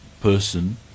person